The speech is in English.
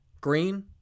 green